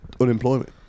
unemployment